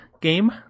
game